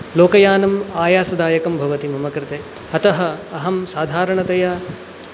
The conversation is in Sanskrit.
लोकयानम् आयासदायकं भवति मम कृते अतः अहं साधारणतया